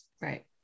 Right